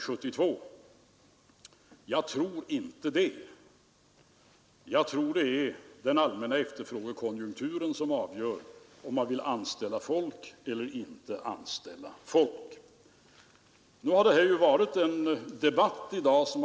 Skulle han ha ett regeringsansvar efter hösten blir han väl tvingad att stå för det. Jag kan ge honom ett par tips, när han är i bekymmer och har huvudvärk.